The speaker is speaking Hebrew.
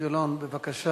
תודה